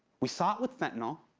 we saw it with fentanyl,